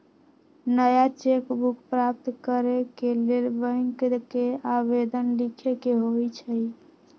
नया cheque book प्राप्त करेके लेल बैंक के आवेदन लीखे के होइ छइ